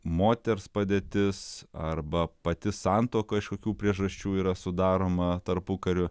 moters padėtis arba pati santuoka iš kokių priežasčių yra sudaroma tarpukariu